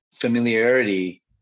familiarity